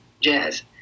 jazz